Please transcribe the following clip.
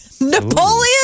Napoleon